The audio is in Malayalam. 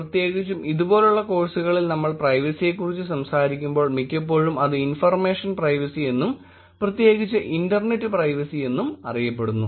പ്രത്യേകിച്ചും ഇതുപോലുള്ള കോഴ്സുകളിൽ നമ്മൾ പ്രൈവസിയെക്കുറിച്ച് സംസാരിക്കുമ്പോൾ മിക്കപ്പോഴും അത് ഇൻഫർമേഷൻ പ്രൈവസി എന്നും പ്രത്യേകിച്ച് ഇന്റർനെറ്റ് പ്രൈവസിഎന്നും അറിയപ്പെടുന്നു